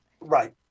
Right